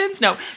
No